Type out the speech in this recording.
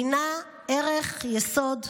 היא ערך יסוד.